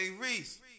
Reese